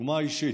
דוגמה אישית.